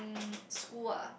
mm school ah